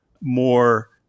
more